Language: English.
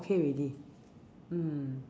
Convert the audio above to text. okay already mm